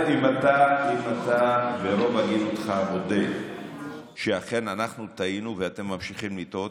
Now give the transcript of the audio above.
אם אתה ברוב הגינותך מודה שאכן אנחנו טעינו ואתם ממשיכים לטעות,